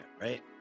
right